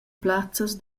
plazzas